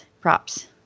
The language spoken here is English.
props